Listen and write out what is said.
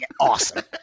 awesome